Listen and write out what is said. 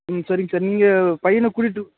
ம் சரிங்க சார் நீங்கள் பையனை கூட்டிகிட்டு